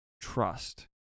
trust